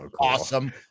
awesome